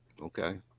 Okay